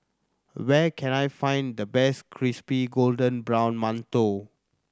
where can I find the best crispy golden brown mantou